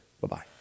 Bye-bye